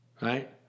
right